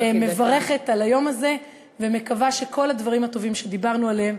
אני מברכת על היום הזה ומקווה שכל הדברים הטובים שדיברנו עליהם,